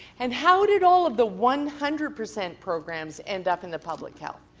and how did all of the one hundred percent programs end up in the public health.